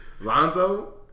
Lonzo